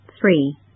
Three